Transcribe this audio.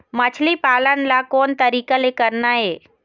मछली पालन ला कोन तरीका ले करना ये?